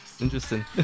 Interesting